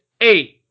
eight